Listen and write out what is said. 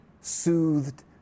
soothed